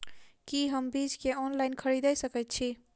की हम बीज केँ ऑनलाइन खरीदै सकैत छी?